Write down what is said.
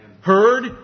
heard